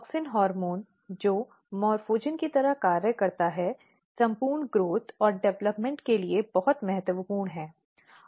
auxin hormone जो morphogen की तरह कार्य करता है संपूर्ण ग्रोथ और डेवलपमेंट के लिए बिल्कुल महत्वपूर्ण है